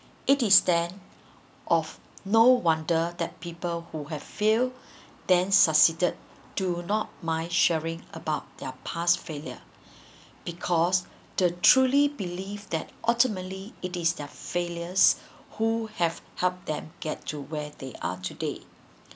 it is then of no wonder that people who have fail then succeeded do not mind sharing about their past failure because the truly believe that ultimately it is their failures who have helped them get to where they are today